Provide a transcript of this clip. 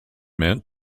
meant